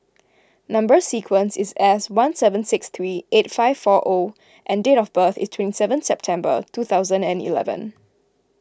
Number Sequence is S one seven six three eight five four O and date of birth is twenty seven September two thousand and eleven